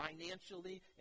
financially